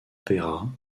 peyrat